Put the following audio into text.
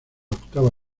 octava